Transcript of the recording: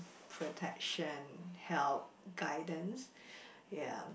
for attraction help guidance ya